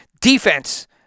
defense